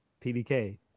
PBK